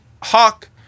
Hawk